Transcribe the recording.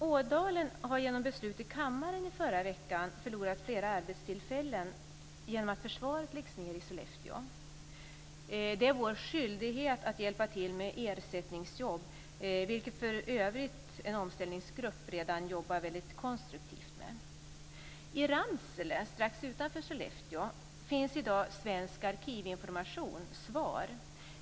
Ådalen har genom beslut i kammaren i förra veckan förlorat flera arbetstillfällen genom att försvaret läggs ned i Sollefteå. Det är vår skyldighet att hjälpa till med ersättningsjobb, vilket för övrigt en omställningsgrupp redan arbetar väldigt konstruktivt med. I Ramsele, strax utanför Sollefteå, finns i dag Svensk arkivinformation - SVAR.